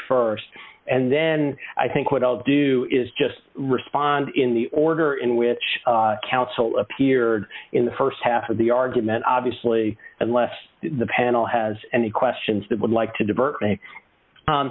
st and then i think what i'll do is just respond in the order in which counsel appeared in the st half of the argument obviously unless the panel has any questions that would like to divert me